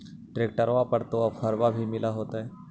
ट्रैक्टरबा पर तो ओफ्फरबा भी मिल होतै?